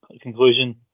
Conclusion